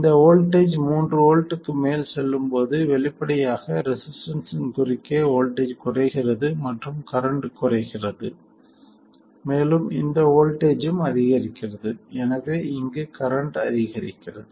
இந்த வோல்ட்டேஜ் 3 வோல்ட்டுக்கு மேல் செல்லும்போது வெளிப்படையாக ரெசிஸ்டன்ஸ்ஸின் குறுக்கே வோல்ட்டேஜ் குறைகிறது மற்றும் கரண்ட் குறைகிறது மேலும் இந்த வோல்ட்டேஜ்ஜும் அதிகரிக்கிறது எனவே இங்கு கரண்ட் அதிகரிக்கிறது